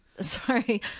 sorry